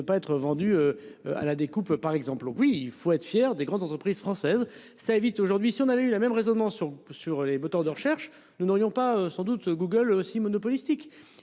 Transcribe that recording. ne pas être vendues. À la découpe, par exemple. Oui, il faut être fier des grandes entreprises françaises ça évite aujourd'hui si on avait eu la même raisonnement sont sur les moteurs de recherche, nous n'aurions pas sans doute Google aussi monopolistique